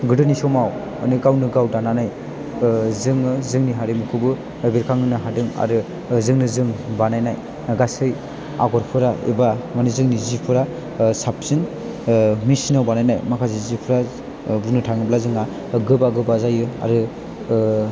गोदोनि समाव गावनो गाव दानानै जोङो जोंनि हारिमुखौबो बेरखांहोनो हादों आरो जोंनो जों बानायनाय गासै आगरफोरा एबा मानि जोंनि जिफोरा साबसिन मिसिनाव बानायनो माखासे जिफ्रा बुंनो थाङोब्ला जोंहा गोबा गोबा जायो आरो